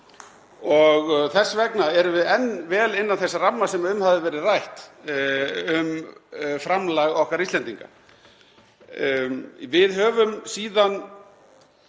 og þess vegna erum við enn vel innan þess ramma sem um hafði verið rætt um framlag okkar Íslendinga. Við höfum, síðan